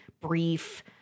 brief